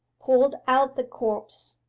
pulled out the corpse,